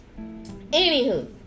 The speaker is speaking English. Anywho